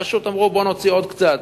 פשוט אמרו: בואו נוציא עוד קצת.